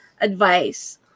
advice